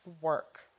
work